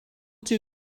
two